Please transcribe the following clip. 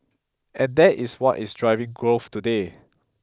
and that is what is driving growth today